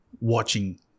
watching